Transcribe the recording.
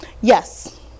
Yes